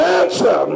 answer